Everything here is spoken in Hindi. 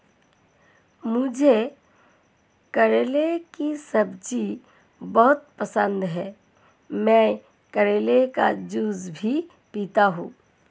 मुझे करेले की सब्जी बहुत पसंद है, मैं करेले का जूस भी पीता हूं